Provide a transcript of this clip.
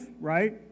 right